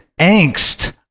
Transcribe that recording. angst